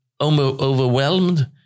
overwhelmed